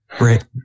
Right